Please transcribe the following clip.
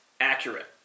accurate